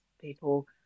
people